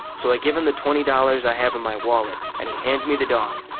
so i give him the twenty dollars i have in my wallet and he hands me the dog.